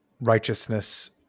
righteousness